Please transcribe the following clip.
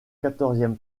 quatorzième